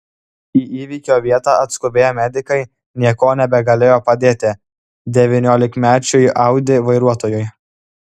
į įvykio vietą atskubėję medikai niekuo nebegalėjo padėti devyniolikmečiui audi vairuotojui